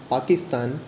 Pakistan